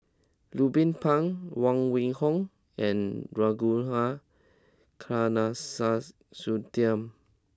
Ruben Pang Huang Wenhong and Ragunathar Kanagasuntheram